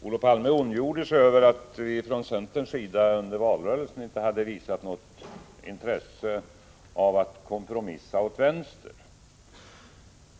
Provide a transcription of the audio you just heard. Herr talman! Olof Palme ondgjorde sig över att vi från centerns sida under valrörelsen inte hade visat något intresse av att kompromissa åt vänster.